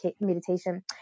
meditation